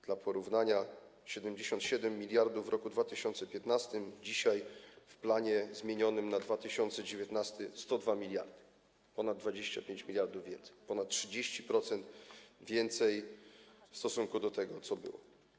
Dla porównania 77 mld - w roku 2015, dzisiaj w planie zmienionym na 2019 r. - 102 mld, ponad 25 mld więcej, ponad 30% więcej w stosunku do tego, co było.